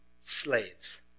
slaves